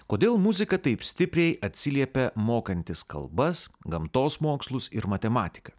kodėl muzika taip stipriai atsiliepia mokantis kalbas gamtos mokslus ir matematiką